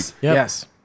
Yes